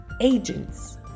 agents